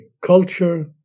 culture